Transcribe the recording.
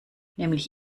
nämlich